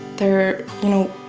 there you know,